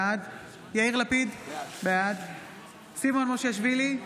בעד יאיר לפיד, בעד סימון מושיאשוילי,